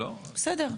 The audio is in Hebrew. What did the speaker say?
לא --- בסדר.